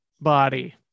body